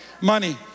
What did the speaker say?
money